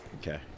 okay